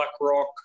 BlackRock